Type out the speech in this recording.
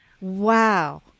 Wow